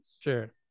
sure